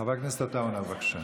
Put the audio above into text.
חבר הכנסת עטאונה, בבקשה.